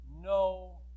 No